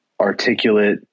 articulate